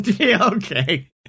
Okay